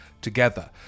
together